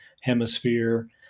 hemisphere